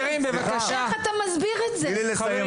איך אתה מסביר את זה?